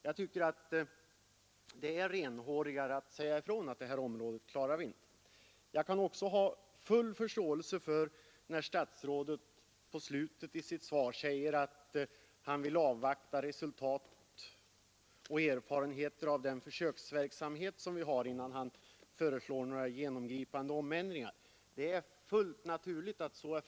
Jag tycker det är renhårigare att säga ifrån att det här området klarar vi inte. Jag kan också ha full förståelse för att statsrådet i slutet av sitt svar säger att han vill avvakta resultat och erfarenheter av den försöksverksamhet vi har innan han föreslår några genomgripande omändringar. Det är en fullt naturlig inställning.